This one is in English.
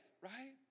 right